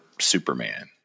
superman